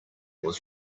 was